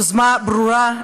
יוזמה ברורה,